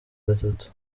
gatatu